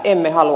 emme halua